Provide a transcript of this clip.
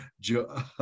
Joe